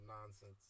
nonsense